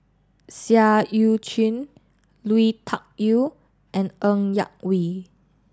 Seah Eu Chin Lui Tuck Yew and Ng Yak Whee